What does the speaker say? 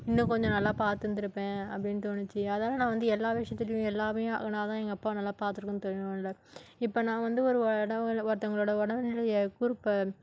இன்னும் கொஞ்சம் நல்லா பார்த்திருந்திருப்பேன் அப்படின் தோணுச்சு அதனால நான் எல்லா விஷயத்திலயும் எல்லாமே ஆகுனால்தான் எங்கள் அப்பா நல்லா பார்த்துருக்கணும் தெரியிமில்ல இப்போ நான் வந்து ஒரு உட ஒருத்தவங்களோட உடல்நிலையை குரூப்பை